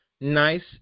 nice